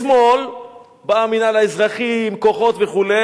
אתמול בא המינהל האזרחי עם כוחות וכו'.